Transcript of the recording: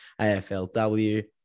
AFLW